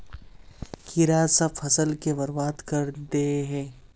कीड़ा सब फ़सल के बर्बाद कर दे है?